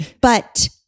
But-